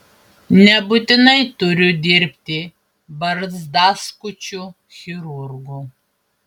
nebūtinai turiu dirbti barzdaskučiu chirurgu